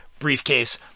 briefcase